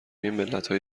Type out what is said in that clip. ملتهای